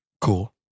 cool